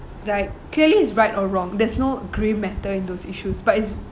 like clearly is right or wrong there's no grey matter in those issues but it's